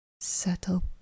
settle